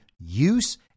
use